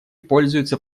пользуется